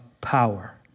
power